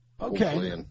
Okay